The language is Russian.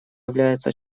является